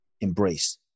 embrace